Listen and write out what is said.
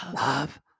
love